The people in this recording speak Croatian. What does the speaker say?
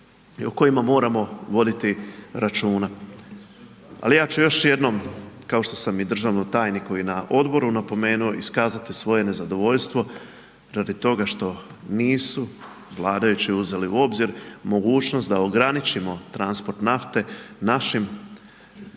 RH o kojima moramo voditi računa. Ali ja ću još jednom kao što sam i državnom tajniku i na odboru napomenuo, iskazati svoje nezadovoljstvo radi toga što nisu vladajući uzeli u obzir mogućnost da ograničimo transport nafte našim